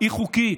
היא חוקית.